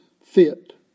fit